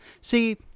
see